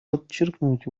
подчеркнуть